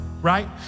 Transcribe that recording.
Right